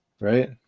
right